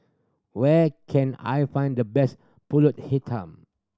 where can I find the best Pulut Hitam